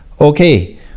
okay